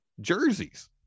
jerseys